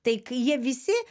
tai kai jie visi